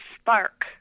spark